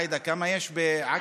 עאידה, כמה יש בעכא?